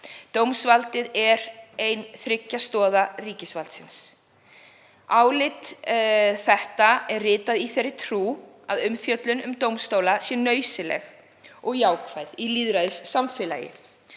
Dómsvaldið er ein þriggja stoða ríkisvaldsins. Álit þetta er ritað í þeirri trú að umfjöllun um dómstóla sé nauðsynleg og jákvæð í lýðræðissamfélagi.